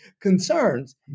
concerns